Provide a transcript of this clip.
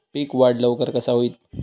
पीक वाढ लवकर कसा होईत?